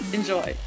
Enjoy